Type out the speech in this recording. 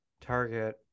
target